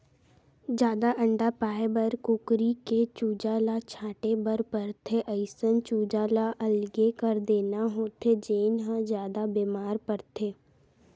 जादा अंडा पाए बर कुकरी के चूजा ल छांटे बर परथे, अइसन चूजा ल अलगे कर देना होथे जेन ह जादा बेमार परथे